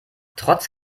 trotz